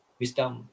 wisdom